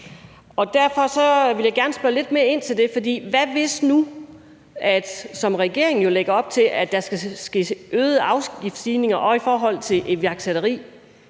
Derfor vil jeg gerne spørge lidt mere ind til det. Hvad nu, hvis der skal ske afgiftsstigninger, også i forhold til iværksætteri